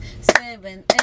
seven